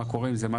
מה קורה עם זה?